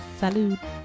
salud